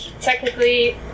technically